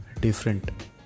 different